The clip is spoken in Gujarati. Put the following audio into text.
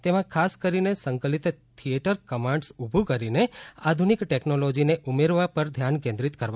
તેમાં ખાસ કરીને સંકલિત થિયેટર કમાન્ડ્સ ઊભું કરીને આધુનિક ટેકનોલોજીને ઉમેરવા પર ધ્યાન કેન્દ્રિત કરવામાં આવ્યું હતું